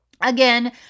Again